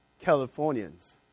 Californians